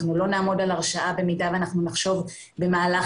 אנחנו לא נעמוד על הרשעה במידה ונחשוב במהלך